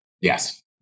Yes